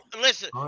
Listen